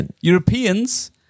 Europeans